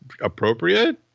appropriate